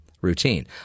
routine